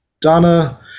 Donna